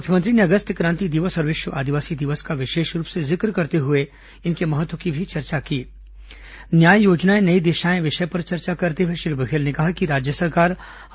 मुख्यमंत्री ने अगस्त क्रांति दिवस और विश्व आदिवासी दिवस का विशेष रूप से जिक्र करते हुए इनके महत्व की भी चर्चा न्याय योजनाएं नई दिशाएं विषय पर चर्चा करते हुए श्री बघेल ने कहा कि राज्य सरकार की